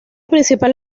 principal